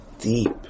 deep